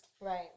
right